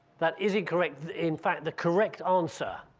that isn't correct in fact the correct answer.